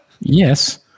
yes